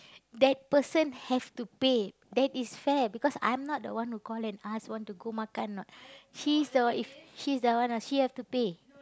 that person have to pay that is fair because I'm not the one who call and ask want to go makan or not she's the if she's the one uh she has to pay